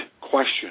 question